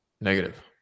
Negative